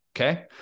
Okay